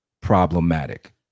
problematic